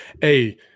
hey